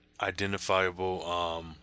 identifiable